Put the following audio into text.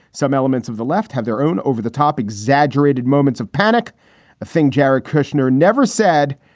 some elements of the left have their own over the top exaggerated moments of panic, a thing jared kushner never said,